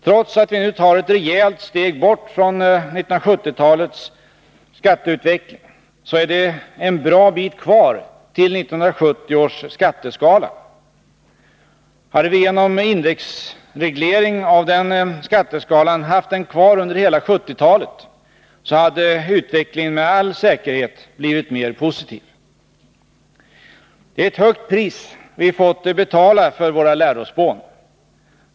Trots att vi nu tar ett rejält steg bort från 1970-talets skatteutveckling, är det en bra bit kvar till 1970 års skatteskala. Hade vi genom indexreglering av den skatteskalan haft den kvar under hela 1970-talet, så hade utvecklingen med all säkerhet blivit mer positiv. Det är ett högt pris vi fått betala för våra lärospån.